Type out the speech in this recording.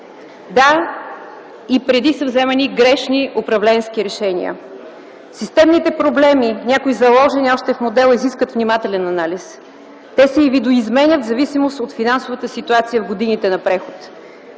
Да, и преди са вземани грешни управленски решения. Системните проблеми, някои заложени още в модела, изискват внимателен анализ. Те се и видоизменят в зависимост от финансовата ситуация в годините на преход.